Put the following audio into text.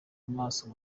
amaso